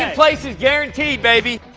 and place is guaranteed, baby!